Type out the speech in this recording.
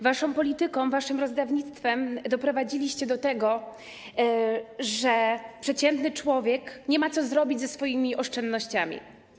Waszą polityką, waszym rozdawnictwem doprowadziliście do tego, że przeciętny człowiek nie ma co zrobić ze swoimi oszczędnościami.